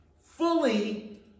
fully